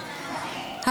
בבקשה.